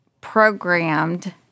programmed